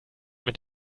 mit